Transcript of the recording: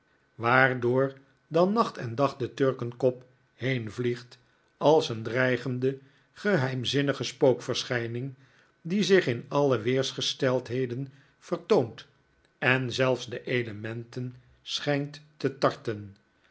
waardoor dan nacht en dag de turkenkop heenvliegt als een dreigende geheimzinnige spookverschijning die zich in alle weersgesteldheden vertoont en zelfs de elementen schijnt te tarten